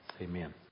Amen